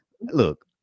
Look